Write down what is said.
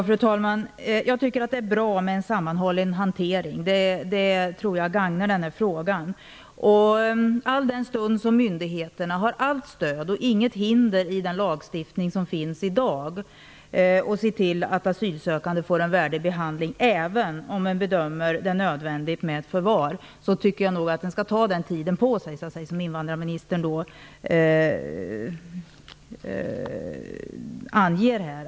Fru talman! Jag tycker det är bra med en sammanhållen hantering. Det tror jag gagnar den här frågan. I den lagstiftning som finns i dag finns inte några hinder för myndigheterna, utan de har allt stöd, att se till att asylsökande får en värdig behandling även om man bedömer det nödvändigt med förvar. Men jag tycker nog vi skall ta den tid på oss som invandrarministern anger här.